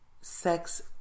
sex